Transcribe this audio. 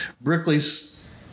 Brickley's